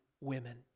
women